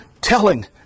telling